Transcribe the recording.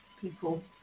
people